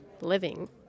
living